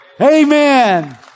Amen